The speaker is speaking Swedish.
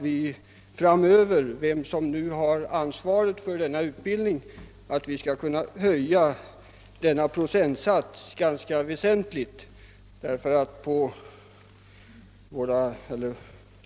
Vem som än har ansvaret för denna utbildning hoppas jag att procentsatsen skall kunna höjas väsentligt.